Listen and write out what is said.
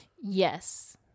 Yes